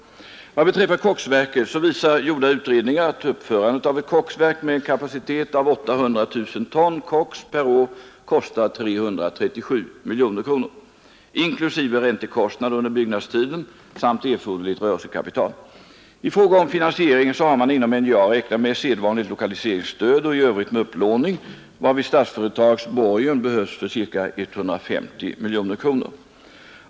Vad beträffar koksverket visar gjorda utredningar att uppförandet av ett verk med en kapacitet av 800 000 ton koks per år kostar 337 miljoner kronor inklusive räntekostnad under byggnadstiden samt erforderligt rörelsekapital. I fråga om finansieringen har man inom NJA räknat med sedvanligt lokaliseringsstöd och i övrigt med upplåning, varvid Statsföretags borgen behövs för ca 150 miljoner kronor.